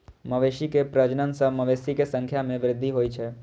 मवेशी के प्रजनन सं मवेशी के संख्या मे वृद्धि होइ छै